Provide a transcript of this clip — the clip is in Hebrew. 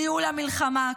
ניהול המלחמה,